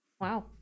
Wow